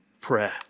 prayer